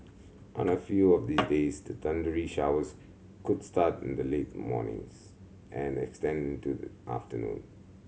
on a few of these days the thundery showers could start in the late mornings and extend into the afternoon